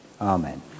Amen